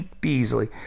Beasley